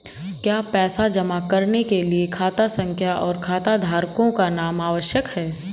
क्या पैसा जमा करने के लिए खाता संख्या और खाताधारकों का नाम आवश्यक है?